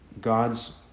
God's